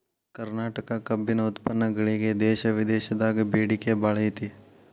ಕರ್ನಾಟಕ ಕಬ್ಬಿನ ಉತ್ಪನ್ನಗಳಿಗೆ ದೇಶ ವಿದೇಶದಾಗ ಬೇಡಿಕೆ ಬಾಳೈತಿ